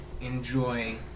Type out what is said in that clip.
enjoy